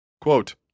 Quote